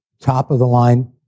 top-of-the-line